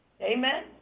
Amen